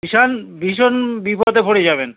ভীষণ ভীষণ বিপদে পড়ে যাবেন